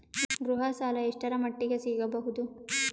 ಗೃಹ ಸಾಲ ಎಷ್ಟರ ಮಟ್ಟಿಗ ಸಿಗಬಹುದು?